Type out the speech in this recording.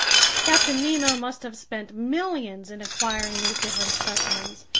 captain nemo must have spent millions in acquiring these different specimens,